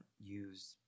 use